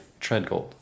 Treadgold